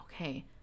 okay